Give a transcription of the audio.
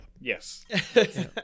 Yes